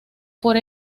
por